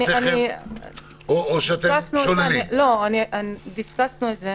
אנחנו דיסקסנו את זה.